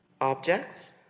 Objects